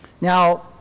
Now